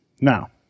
now